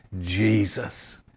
Jesus